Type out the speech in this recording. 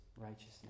righteousness